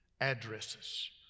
addresses